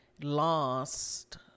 lost